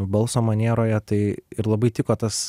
balso manieroje tai ir labai tiko tas